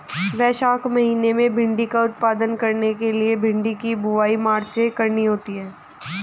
वैशाख महीना में भिण्डी का उत्पादन करने के लिए भिंडी की बुवाई मार्च में करनी होती है